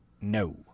no